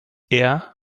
eher